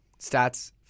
Stats